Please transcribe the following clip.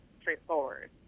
straightforward